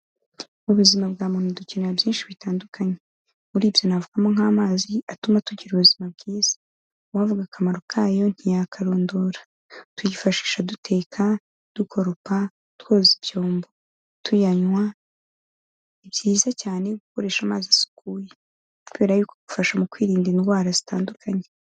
Mu buzima bwa muntu dukenera byinshi bitandukanye. Muri ibyo navugamo nk'amazi atuma tugira ubuzima bwiza. Uwavuga akamaro kayo ntiyayakarondora. Tuyifashisha duteka, dukoropa, twoza ibyombo. Tuyanywa, ni byiza cyane gukoresha amazi asukuye kubera yuko bifasha mu kwirinda indwara zitandukanye.